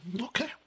Okay